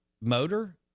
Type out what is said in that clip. motor